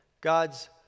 God's